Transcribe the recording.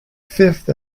fifth